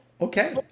Okay